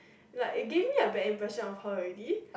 like it give me a bad impression on her already